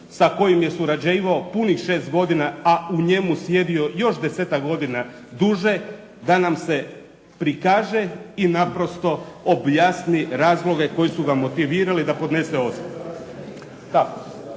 sa kojim je surađivao punih šest godina, a u njemu sjedio još desetak godina duže, da nam se prikaže i naprosto objasni razloge koji su ga motivirali da podnese ostavku.